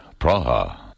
Praha